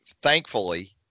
Thankfully